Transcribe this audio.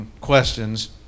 questions